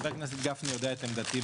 חבר הכנסת גפני יודע את עמדתי.